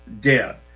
dead